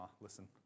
listen